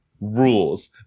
rules